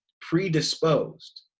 predisposed